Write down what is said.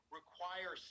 require